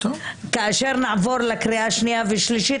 כאשר נעבור לקריאה השנייה והשלישית.